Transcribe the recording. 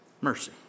mercy